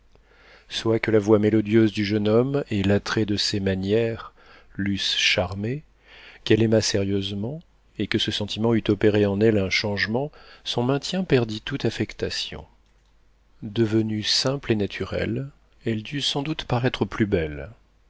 soit que la voix mélodieuse du jeune homme et l'attrait de ses manières l'eussent charmée qu'elle aimât sérieusement et que ce sentiment eût opéré en elle un changement son maintien perdit toute affectation devenue simple et naturelle elle dut sans doute paraître plus belle